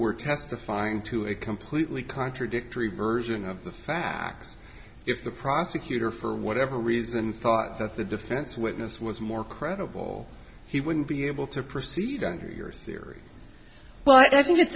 were testifying to a completely contradictory version of the facts if the prosecutor for whatever reason thought that the defense witness was more credible he wouldn't be able to proceed under your theory but i think it